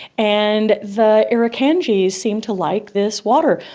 and the irukandji seem to like this water.